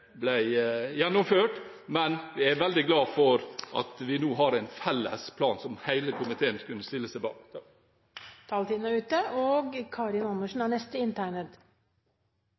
ble gjennomført, men jeg er veldig glad for at vi nå har en felles plan som hele komiteen kan stille seg bak. SV støtter forslaget som ligger i innstillingen i dag, og